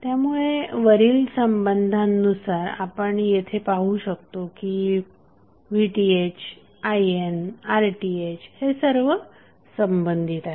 त्यामुळे वरील संबंधानुसार आपण येथे पाहू शकतो की VTh INआणि RThहे सर्व संबंधित आहेत